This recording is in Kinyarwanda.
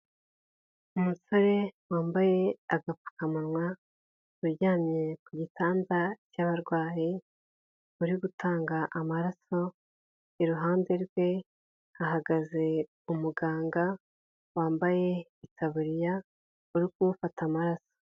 Umusore wambaye agapfukamunwa uryamye ku gitanda cy'abarwayi, uri gutanga amaraso, iruhande rwe hagaze umuganga wambaye itaburiya uri kumufata amaraso.